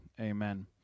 amen